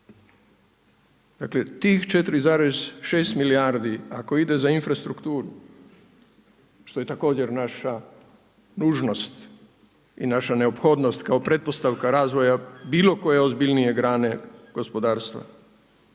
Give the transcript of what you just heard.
Dakle tih 4,6 milijardi ako ide za infrastrukturu što je također naša nužnost i naša neophodnost kako pretpostavka razvoja bilo koje ozbiljnije grane gospodarstva